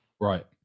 Right